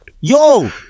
yo